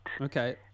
Okay